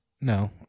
No